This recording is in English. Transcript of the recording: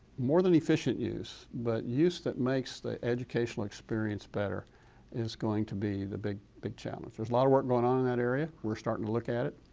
more than efficient use, but use that makes the educational experience better is going to be the big big challenge. there's a lot of work going on in that area, we're starting to look at it